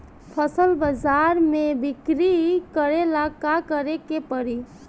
फसल बाजार मे बिक्री करेला का करेके परी?